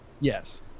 Yes